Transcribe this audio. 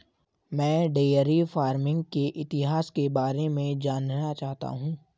मैं dairy farming के इतिहास के बारे में जानना चाहता हूं